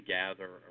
gather